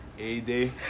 A-Day